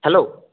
hello